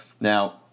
Now